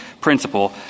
principle